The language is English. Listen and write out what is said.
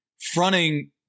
Fronting